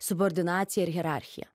subordinaciją ir hierarchiją